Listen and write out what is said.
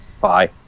Bye